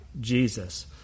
Jesus